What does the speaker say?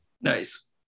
Nice